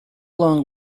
long